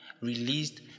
released